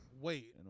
Wait